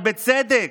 ובצדק,